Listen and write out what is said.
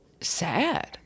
sad